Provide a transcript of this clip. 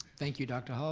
thank you dr. hall,